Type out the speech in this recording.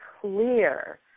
clear